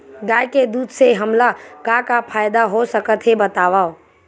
गाय के दूध से हमला का का फ़ायदा हो सकत हे बतावव?